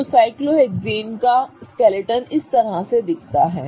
तो साइक्लोहेक्सेन का कंकाल इस तरह से दिखता है